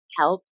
help